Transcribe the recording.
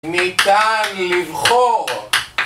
ניתן לבחור!